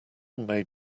made